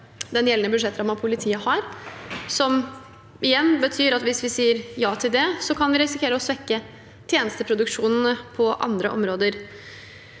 den gjeldende budsjettrammen politiet har, som igjen betyr at hvis vi sier ja til det, kan vi risikere å svekke tjenesteproduksjonen på andre områder.